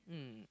mm